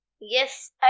Yes